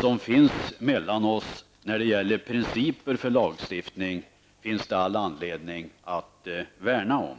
som finns mellan oss när det gäller principer för lagstiftning finns det all anledning att värna om.